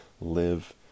live